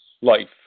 life